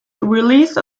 released